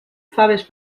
faves